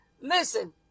listen